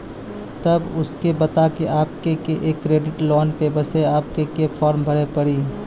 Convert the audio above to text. तब उनके बता के आपके के एक क्रेडिट लोन ले बसे आपके के फॉर्म भरी पड़ी?